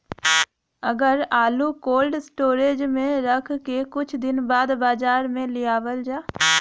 अगर आलू cold storage में रख के कुछ दिन बाद बाजार में लियावल जा?